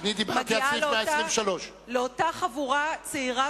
אני דיברתי על סעיף 123. מגיעות לאותה חבורה צעירה